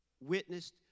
witnessed